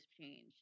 changed